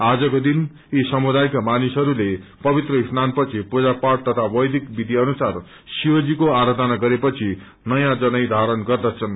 आजको दिन यी समुदायका मानिसहरू पवित्र स्नान पछि पूजा पाठ तथा वौद्धिक विधि अनुसार शिवजीको आराधना गरेपछि नयाँ जनै धारण गर्दछन्